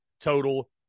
total